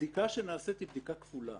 הבדיקה שנעשית היא בדיקה כפולה.